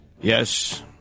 Yes